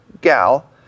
gal